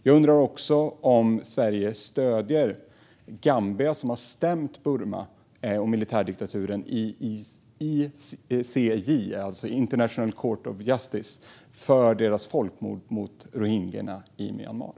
Jag undrar också om Sverige stöder Gambia, som har stämt Burmas militärdiktatur i International Court of Justice, ICJ, för folkmordet på rohingyer.